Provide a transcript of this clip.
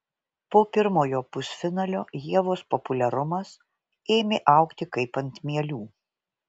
po pirmojo pusfinalio ievos populiarumas ėmė augti kaip ant mielių